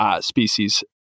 species